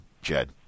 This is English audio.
jed